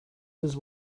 his